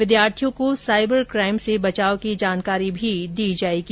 विद्यार्थियों को cyber crime से बचाव की जानकारी भी दी जायेगी